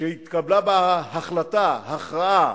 שהתקבלה בה החלטה, הכרעה,